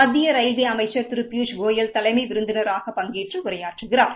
மத்திய ரயில்வே அமைச்சர் திரு பியூஷ் கோயல் தலைமை விருந்தினராக பங்கேற்று உரையாற்றுகிறார்